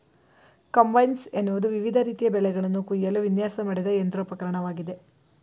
combines ಎನ್ನುವುದು ವಿವಿಧ ರೀತಿಯ ಬೆಳೆಗಳನ್ನು ಕುಯ್ಯಲು ವಿನ್ಯಾಸ ಮಾಡಿದ ಯಂತ್ರೋಪಕರಣವಾಗಿದೆ